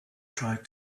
tried